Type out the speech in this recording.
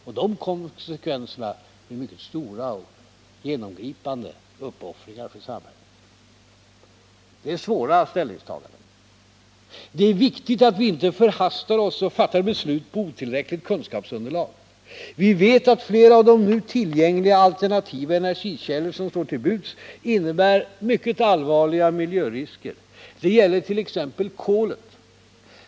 — Och de konsekvenserna är mycket stora och genomgripande uppoffringar för samhället. Det är svåra ställningstaganden. Det är viktigt att vi inte förhastar oss och fattar beslut på otillräckligt kunskapsunderlag. Vi vet att flera av de alternativa energikällor som nu står till buds innebär mycket allvarliga miljörisker. Det gäller t.ex. kolet.